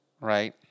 right